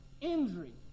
injury